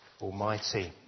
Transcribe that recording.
Almighty